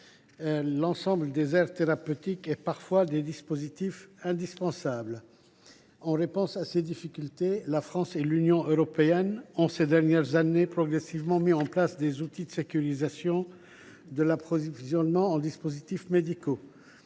l’ensemble des aires thérapeutiques et, parfois, des dispositifs indispensables. Face à ces difficultés, la France et l’Union européenne ont progressivement mis en place des outils de sécurisation de l’approvisionnement en dispositifs médicaux.